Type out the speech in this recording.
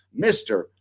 Mr